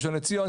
ראשון לציון,